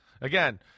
again